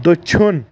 دٔچھُن